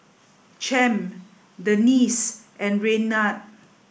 Champ Denice and Raynard